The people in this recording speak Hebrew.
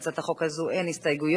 להצעת החוק הזאת אין הסתייגויות,